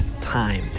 time